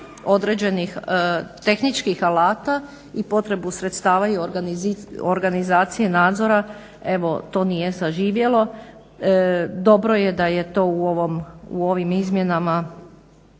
određenih tehničkih alata i potrebu sredstava i organizacije, nadzora, evo to nije saživjelo. Dobro je da je to u ovim izmjenama